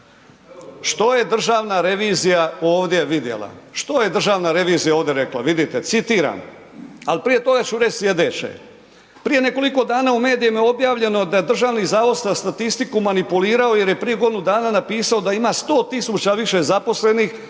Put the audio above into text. Što je državna revizija ovdje vidjela, što je državna revizija ovdje rekla, vidite, citiram ali prije toga ću reći sljedeće. Prije nekoliko dana u medijima je objavljeno da je Državni zavod za statistiku manipulirao jer je prije godinu dana napisao da ima 100 tisuća više zaposlenih